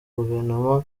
guverinoma